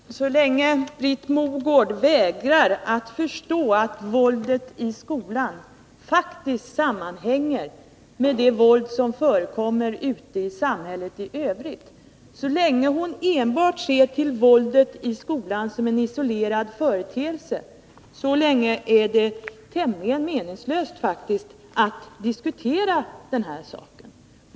Herr talman! Så länge Britt Mogård vägrar att förstå att våldet i skolan faktiskt sammanhänger med det våld som förekommer ute i samhället i övrigt och så länge hon enbart ser till våldet i skolan som en isolerad företeelse är det tämligen meningslöst att diskutera denna sak.